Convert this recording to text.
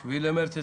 7 במרץ 2021,